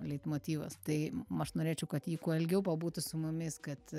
leitmotyvas tai aš norėčiau kad ji kuo ilgiau pabūtų su mumis kad